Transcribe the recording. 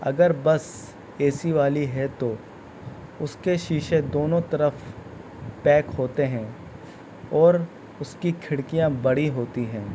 اگر bus A C والی ہے تو اس کے شیشے دونوں طرف پیک ہوتے ہیں اور اس کی کھڑکیاں بڑی ہوتی ہیں